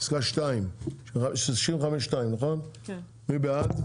65(2). מי בעד?